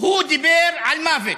והוא דיבר על מוות,